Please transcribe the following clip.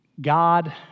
God